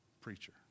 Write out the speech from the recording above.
preacher